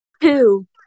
Two